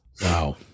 Wow